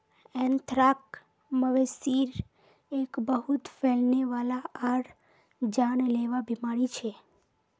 anthrax, मवेशिर एक बहुत फैलने वाला आर जानलेवा बीमारी छ